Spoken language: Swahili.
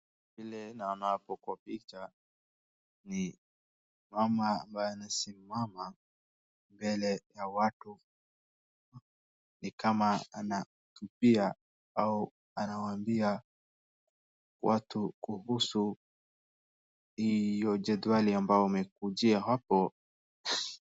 Vile naona hapo kwa picha ni mama ambaye anasimama mbele ya watu ni kama anahotubia hao anawaambia watu kuhusu hiyo jedwali wamekujia hapo.